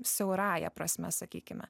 siaurąja prasme sakykime